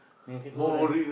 then he say